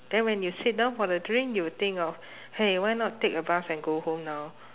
then when you sit down for the drink you will think of !hey! why not take a bus and go home now